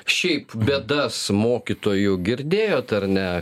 šiaip bėdas mokytojų girdėjot ar ne